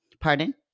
Pardon